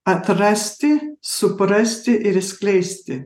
atrasti suprasti ir išskleisti